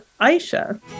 Aisha